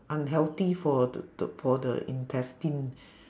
unhealthy for the the for the intestine